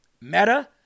Meta